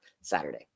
Saturday